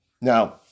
Now